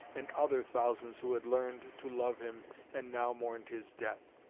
and other thousands who had learned to love him and now mourned his death.